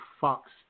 Fox